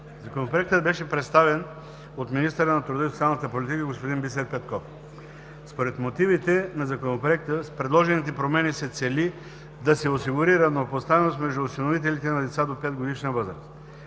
Законопроектът беше представен от министъра на труда и социалната политика господин Бисер Петков. Според мотивите на Законопроекта с предложените промени се цели да се осигури равнопоставеност между осиновителите на деца до 5-годишна възраст.